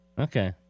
Okay